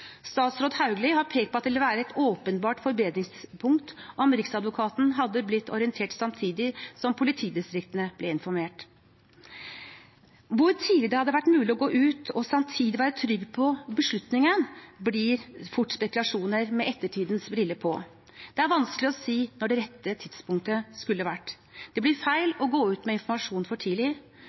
statsråd Hauglie har pekt på at det ville være et åpenbart forbedringspunkt om Riksadvokaten hadde blitt orientert samtidig som politidistriktene ble informert. Hvor tidlig det hadde vært mulig å gå ut og samtidig være trygg på beslutningen, blir fort spekulasjoner med ettertidens briller på. Det er vanskelig å si når det rette tidspunktet skulle vært. Det blir feil å gå ut med informasjon for tidlig.